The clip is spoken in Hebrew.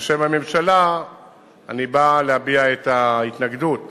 בשם הממשלה אני בא להביע את ההתנגדות